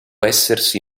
essersi